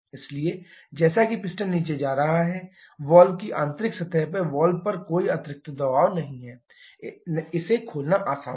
इसलिए जैसा कि पिस्टन नीचे जा रहा है वाल्व की आंतरिक सतह पर वाल्व पर कोई अतिरिक्त दबाव नहीं है इसे खोलना आसान था